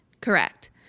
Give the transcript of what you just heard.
Correct